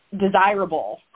desirable